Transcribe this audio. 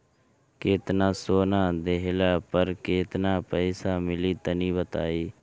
केतना सोना देहला पर केतना पईसा मिली तनि बताई?